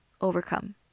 overcome